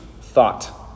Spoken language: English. thought